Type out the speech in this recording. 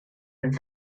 and